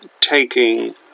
taking